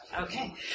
Okay